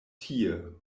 tie